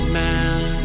man